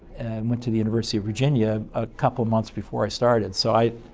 went to the university of virginia a couple of months before i started. so, i